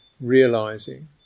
realizing